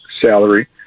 salary